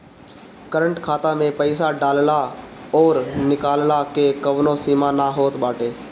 current खाता में पईसा डालला अउरी निकलला के कवनो सीमा ना होत बाटे